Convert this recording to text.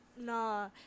Nah